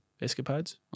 escapades